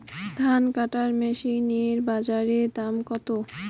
ধান কাটার মেশিন এর বাজারে দাম কতো?